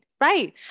right